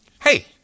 hey